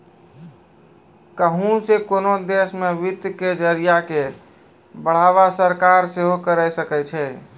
कहुं से कोनो देशो मे वित्त के जरिया के बढ़ावा सरकार सेहे करे सकै छै